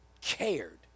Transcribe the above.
cared